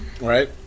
right